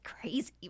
crazy